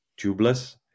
tubeless